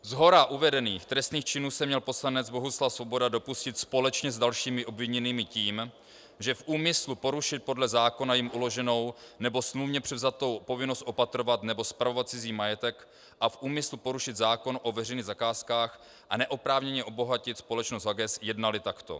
Shora uvedených trestných činů se měl poslanec Bohuslav Svoboda dopustit společně s dalšími obviněnými tím, že v úmyslu porušit podle zákona jim uloženou nebo smluvně převzatou povinnost opatrovat nebo spravovat cizí majetek a v úmyslu porušit zákon o veřejných zakázkách a neoprávněně obohatit společnost HAGUESS jednali takto: